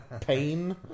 Pain